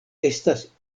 estas